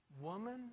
woman